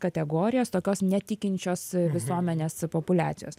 kategorijas tokios netikinčios visuomenės populiacijos